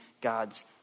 God's